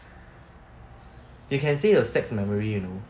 you can say your sex memory you know